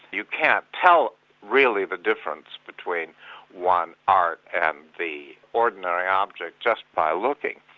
you can't tell really the difference between one art and the ordinary object just by looking.